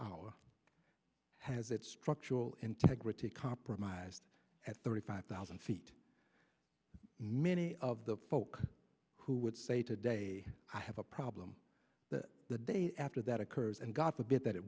hour has its structural integrity compromised at thirty five thousand feet many of the folk who would say today i have a problem that the day after that occurs and god forbid that it